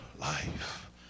life